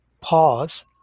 pause